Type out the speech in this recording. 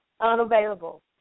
unavailable